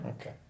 Okay